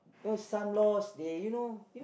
know some laws they you know you know